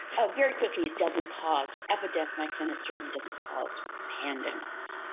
oh, very quickly, it doesn't cause epidemics and it certainly doesn't cause pandemics.